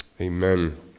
Amen